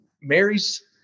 mary's